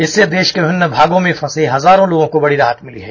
इससे देश के विमिन्न भागों में फंसे हजारों लोगों को बड़ी राहत मिली है